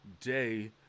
day